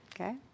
okay